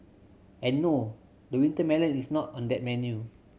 and no the winter melon is not on that menu